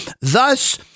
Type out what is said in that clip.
Thus